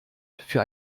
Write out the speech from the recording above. für